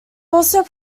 also